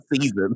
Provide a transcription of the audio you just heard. season